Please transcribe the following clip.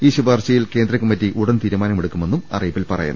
ഈ ശുപാർശയിൽ കേന്ദ്ര കമ്മിറ്റി ഉടൻ തീരുമാനമെടുക്കുമെന്നും അറിയി പ്പിൽ പറയുന്നു